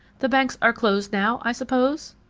the banks are closed now, i suppose?